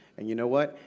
and you know what,